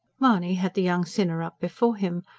mahony had the young sinner up before him.